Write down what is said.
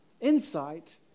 insight